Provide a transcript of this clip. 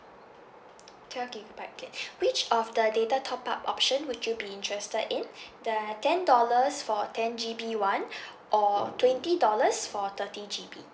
twelve gigabytes K which of the data top up option would you be interested in the ten dollars for ten G_B one or twenty dollars for thirty G_B